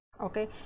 okay